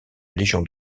légion